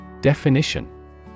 Definition